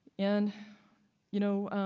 and you know,